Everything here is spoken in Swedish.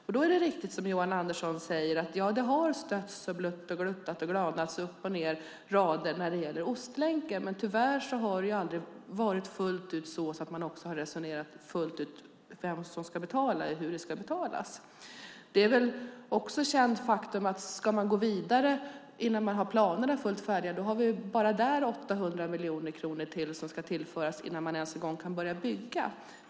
Det är riktigt som Johan Andersson säger att det har stötts och blötts och glotts och glanats när det gäller Ostlänken, men tyvärr har man aldrig fullt ut resonerat om vem som ska betala eller hur det ska betalas. Det är också ett känt faktum att ska man gå vidare innan planerna är fullt färdiga har vi bara där 800 miljoner kronor ytterligare som ska tillföras innan man ens en gång kan börja bygga.